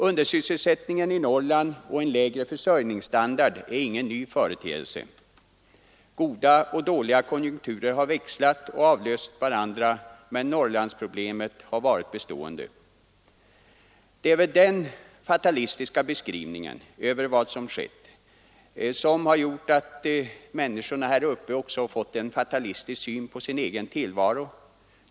Undersysselsättningen i Norrland och en lägre försörjningsstandard är ingen ny företeelse. Goda och dåliga konjunkturer har växlat och avlöst varandra, men Norrlandsproblemet har varit bestående. Det är väl den fatalistiska beskrivningen av vad som skett som har gjort att människorna där uppe också fått en fatalistisk syn på sin egen tillvaro.